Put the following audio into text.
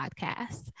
podcast